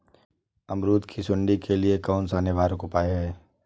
अमरूद की सुंडी के लिए कौन सा निवारक उपाय है?